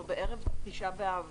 אנחנו בערב ט' באב